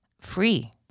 free